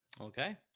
Okay